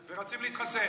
ורצים להתחסן.